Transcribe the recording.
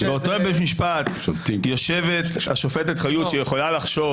באותו בית משפט יושבת השופטת חיות שיכולה לחשוב